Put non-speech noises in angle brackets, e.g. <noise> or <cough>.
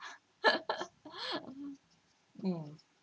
<laughs> um